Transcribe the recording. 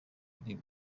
muri